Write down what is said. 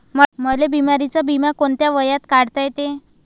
मले बिमारीचा बिमा कोंत्या वयात काढता येते?